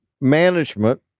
management